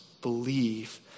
Believe